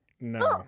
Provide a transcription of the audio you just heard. no